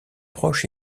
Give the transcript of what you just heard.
proche